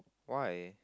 why